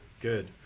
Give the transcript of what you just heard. good